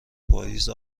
پاییز